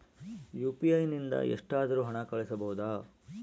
UPI ನಿಂದ ಎಷ್ಟಾದರೂ ಹಣ ಕಳಿಸಬಹುದಾ?